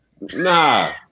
nah